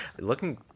looking